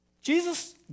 Jesus